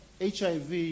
HIV